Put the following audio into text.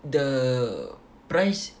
the price